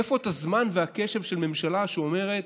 איפה הזמן והקשב של ממשלה, שאומרת